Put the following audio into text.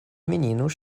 meninos